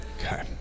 Okay